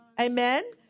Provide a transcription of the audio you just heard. amen